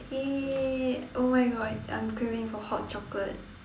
!yay! oh my god I'm craving for hot chocolate